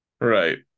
Right